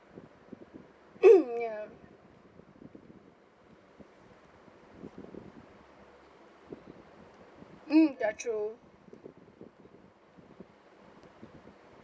ya mm ya true